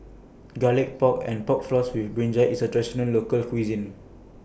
Garlic Pork and Pork Floss with Brinjal IS A Traditional Local Cuisine